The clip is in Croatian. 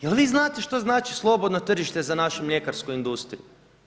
Jel vi znate što znači slobodno tržište za našu mljekarsku industriju?